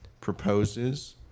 proposes